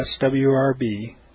SWRB